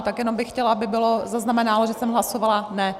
Tak jenom bych chtěla, aby bylo zaznamenáno, že jsem hlasovala ne.